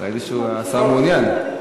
ראיתי שהשר מעוניין.